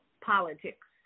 politics